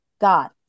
God